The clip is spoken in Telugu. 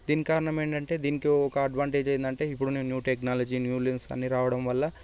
దీనికి కారణమేటంటే దీనికి ఒక అడ్వాంటేజ్ ఏందంటే ఇప్పుడు న్యూ టెక్నాలజీ న్యూ లెన్స్ అన్నీ రావడం వల్ల